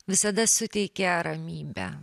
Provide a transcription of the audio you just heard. visada suteikia ramybę